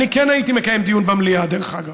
אני כן הייתי מקיים דיון במליאה, דרך אגב.